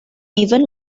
even